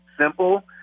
simple